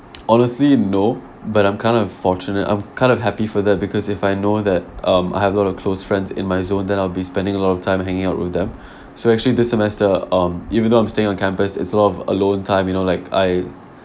honestly no but I'm kind of unfortunate I'm kind of happy for that because if I know that um I have lot of close friends in my zone then I'll be spending a lot of time hanging out with them so actually this semester um even though I'm staying on campus it's a lot of alone time you know like I